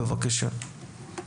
בבקשה.